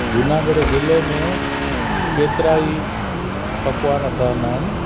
जूनागढ़ ज़िले में केतिरा ई पकवान ठहंदा आहिनि